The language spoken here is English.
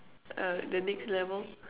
uh the next level